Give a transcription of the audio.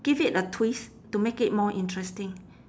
give it a twist to make it more interesting